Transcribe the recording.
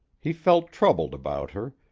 he felt troubled about her,